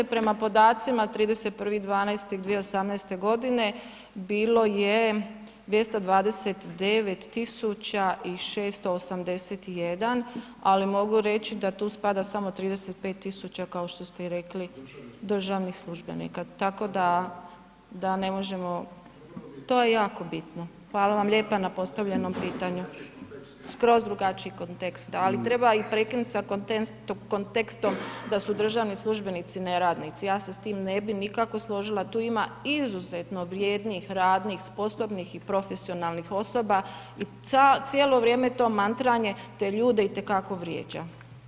Prema podacima, 31. 12. 2018. g. bilo je 229 681 ali mogu reći da tu spada samo 35 000 kao što ste i rekli državnih službenika tako da ne možemo, to je jako bitno, hvala vam lijepa na postavljenom pitanju, skroz drugačiji kontekst ali treba i prekinuti sa kontekstom da su državni službenici neradnici, ja se s tim ne bi nikako složila, tu ima izuzetno vrijednih, radnih, sposobnih i profesionalnih osoba i cijelo vrijeme to mantranje te ljude itekako vrijeđa.